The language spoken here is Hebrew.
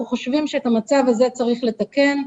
אנחנו חושבים שאת המצב הזה צריך לתקן.